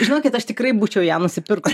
žinokit aš tikrai būčiau ją nusipirkus